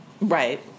Right